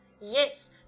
Yes